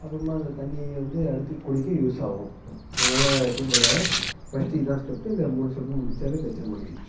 அப்புறமா அந்த தண்ணியை வந்து அடுத்து குடிக்க யூஸ் ஆகும் அதனால் எப்போயும் போல் ஃபர்ஸ்ட் இதான் ஸ்டெப் இந்த மூணு ஸ்டெப்பை முடித்தாலே பிரச்சனை முடிஞ்சிச்சு